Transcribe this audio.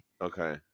okay